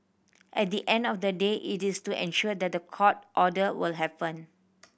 at the end of the day it is to ensure that the court order will happen